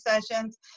sessions